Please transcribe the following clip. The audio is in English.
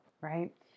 right